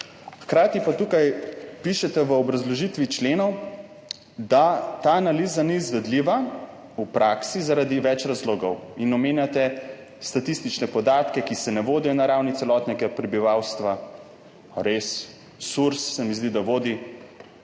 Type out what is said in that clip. Hkrati pa tukaj pišete v obrazložitvi členov, da ta analiza ni izvedljiva v praksi zaradi več razlogov, in omenjate statistične podatke, ki se ne vodijo na ravni celotnega prebivalstva. Ali res? Surs se mi zdi, da vodi